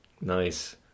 nice